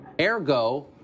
ergo